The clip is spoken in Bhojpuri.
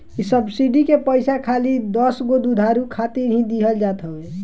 इ सब्सिडी के पईसा खाली दसगो दुधारू खातिर ही दिहल जात हवे